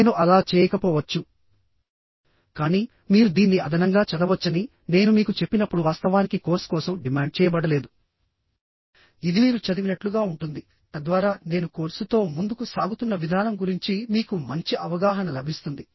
నేను అలా చేయకపోవచ్చు కానీ మీరు దీన్ని అదనంగా చదవ వచ్చని నేను మీకు చెప్పినప్పుడు వాస్తవానికి కోర్స్ కోసం డిమాండ్ చేయబడలేదు ఇది మీరు చదివినట్లుగా ఉంటుంది తద్వారా నేను కోర్సుతో ముందుకు సాగుతున్న విధానం గురించి మీకు మంచి అవగాహన లభిస్తుంది